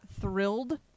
thrilled